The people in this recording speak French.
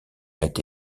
été